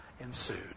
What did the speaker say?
ensued